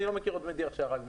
אני לא מכיר עוד מדיח שהרג מישהו.